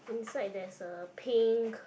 inside there's a pink